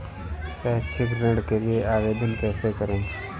शैक्षिक ऋण के लिए आवेदन कैसे करें?